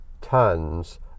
tons